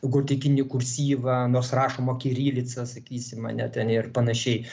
gotikinį kursyvą nors rašomo kirilica sakysim ane ten ir panašiai